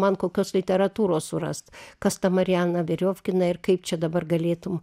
man kokios literatūros surast kas ta mariana viriofkina ir kaip čia dabar galėtum